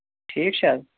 ٹھیٖک چھا حظ